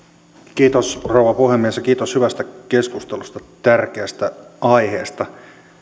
kiitos rouva puhemies ja kiitos hyvästä keskustelusta tärkeästä aiheesta